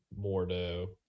Mordo